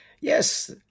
Yes